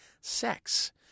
sex